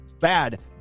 bad